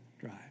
drive